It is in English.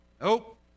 Nope